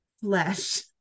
flesh